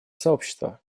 сообщества